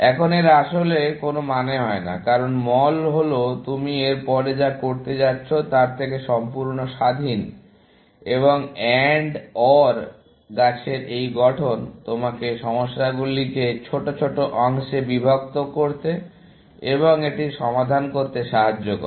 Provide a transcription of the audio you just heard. এখন এর আসলে কোন মানে হয় না কারণ মল হলো তুমি এর পরে যা করতে যাচ্ছ তার থেকে সম্পূর্ণ স্বাধীন এবং AND OR গাছের এই গঠন তোমাকে সমস্যাগুলিকে ছোট ছোট অংশে বিভক্ত করতে এবং এটির সমাধান করতে সাহায্য করে